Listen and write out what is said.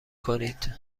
کنید